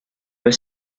were